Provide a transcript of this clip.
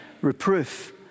reproof